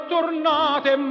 Tornate